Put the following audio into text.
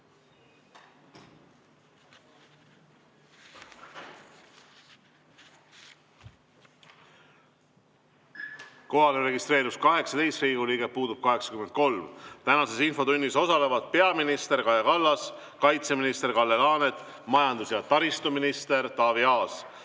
Kohale registreerus 18 Riigikogu liiget, puudub 83.Tänases infotunnis osalevad peaminister Kaja Kallas, kaitseminister Kalle Laanet, majandus‑ ja taristuminister Taavi Aas.